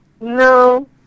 No